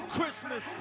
Christmas